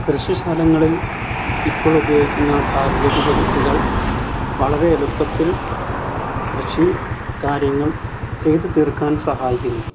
കൃഷി സ്ഥലങ്ങളിൽ ഇപ്പോളുപയോഗിക്കുന്ന സാങ്കേതിക വിദ്യകൾ വളരെ എളുപ്പത്തിൽ കൃഷി കാര്യങ്ങൾ ചെയ്ത് തീർക്കാൻ സഹായിക്കുന്നു